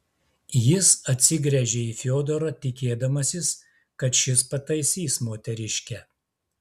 jis atsigręžė į fiodorą tikėdamasis kad šis pataisys moteriškę